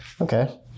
Okay